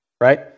Right